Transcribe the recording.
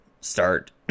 start